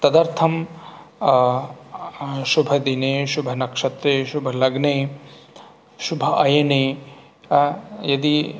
तदर्थं शुभदिने शुभनक्षत्रे शुभलग्ने शुभ अयने यदि